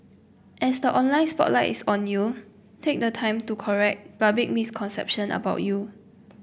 as the online spotlights on you take the time to correct public misconception about you